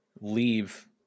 leave